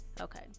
okay